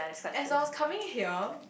as I was coming here